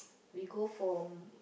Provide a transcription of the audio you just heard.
we go for